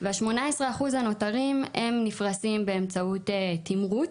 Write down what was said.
וה-18% הנותנים הם נפרסים באמצעות תמרוץ.